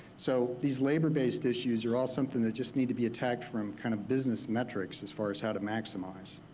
so these labor based issues are all something that just need to be attacked from kind of business metrics, as far as how to maximize.